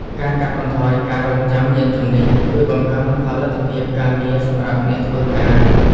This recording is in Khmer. ការកាត់បន្ថយការរង់ចាំយានជំនិះ ជួយបង្កើនផលិតភាពការងារសម្រាប់អ្នកធ្វើការ។